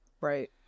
Right